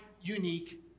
unique